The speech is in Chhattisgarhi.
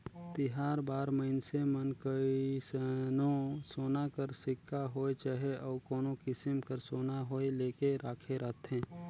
तिहार बार मइनसे मन कइसनो सोना कर सिक्का होए चहे अउ कोनो किसिम कर सोना होए लेके राखे रहथें